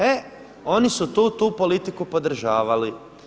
E oni su tu politiku podržavali.